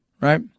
Right